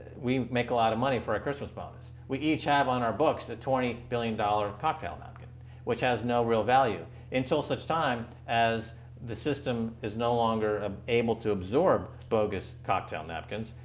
we make a lot of money for our christmas bonus. we each have on our books a twenty billion dollars cocktail napkin which has no real value, until such time as the system is no longer ah able to absorb bogus cocktail napkins,